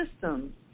systems